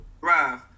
drive